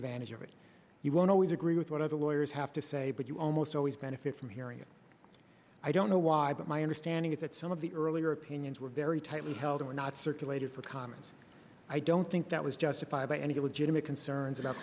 advantage of it you won't always agree with what other lawyers have to say but you almost always benefit from hearing it i don't know why but my understanding is that some of the earlier opinions were very tightly held or not circulated for comments i don't think that was justified by any legitimate concerns about